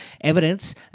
evidence